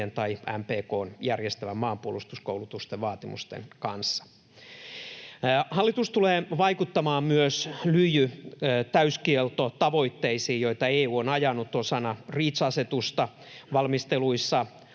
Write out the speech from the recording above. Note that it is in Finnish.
tai MPK:n järjestämän maanpuolustuskoulutuksen vaatimusten kanssa. Hallitus tulee vaikuttamaan myös lyijytäyskieltotavoitteisiin, joita EU on ajanut osana REACH-asetusta. Valmisteluissa